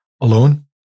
alone